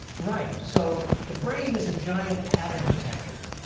right. so the brain is a giant pattern detector.